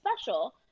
special